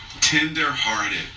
tender-hearted